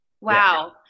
wow